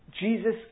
Jesus